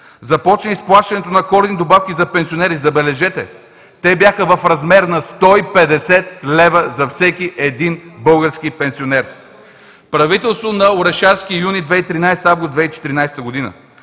Започна изплащането на коледни добавки за пенсионери. Забележете – те бяха в размер на 150 лв. за всеки един български парламент. Правителството на Орешарски юни 2013 –